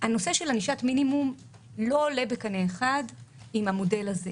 נושא ענישת מינימום לא עולה בקנה אחד עם המודל הזה,